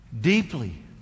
Deeply